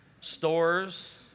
stores